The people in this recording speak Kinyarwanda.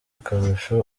akarusho